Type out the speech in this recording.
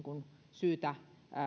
syytä